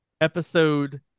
episode